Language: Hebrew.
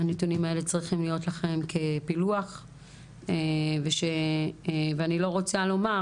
הנתונים האלה צריכים להיות לכם כפילוח ואני לא רוצה לומר,